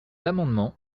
amendement